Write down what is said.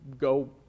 go